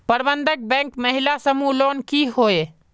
प्रबंधन बैंक महिला समूह लोन की होय?